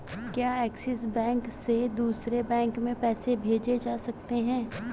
क्या Axis bank से दूसरे बैंक में पैसे भेजे जा सकता हैं?